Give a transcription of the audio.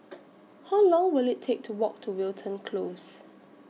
How Long Will IT Take to Walk to Wilton Close